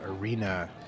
Arena